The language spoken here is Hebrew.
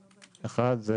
המטפלים,